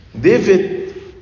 David